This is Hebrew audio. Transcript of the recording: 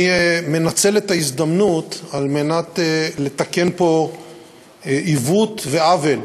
אני מנצל את ההזדמנות לתקן פה עיוות ועוול.